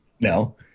No